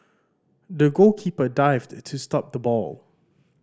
the goalkeeper dived to stop the ball